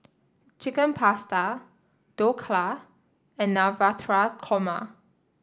Chicken Pasta Dhokla and Korma